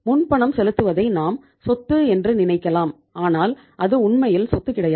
முன் பணம் செலுத்துவதை நாம் சொத்து என்று நினைக்கலாம் ஆனால் அது உண்மையில் சொத்து கிடையாது